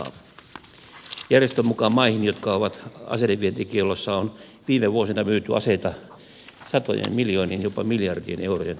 järjestön mukaan maihin jotka ovat aseidenvientikiellossa on viime vuosina myyty aseita satojen miljoonien jopa miljardien eurojen arvosta